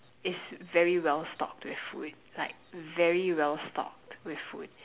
is very well stocked with food like very well stocked with food